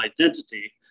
identity